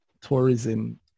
tourism